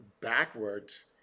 backwards